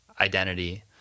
identity